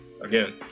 Again